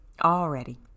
already